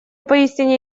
поистине